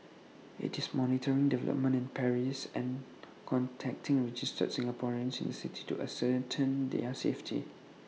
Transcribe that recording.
IT is monitoring developments in Paris and contacting registered Singaporeans in the city to ascertain their safety